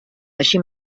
així